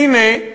והנה,